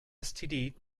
std